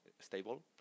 stable